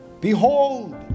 Behold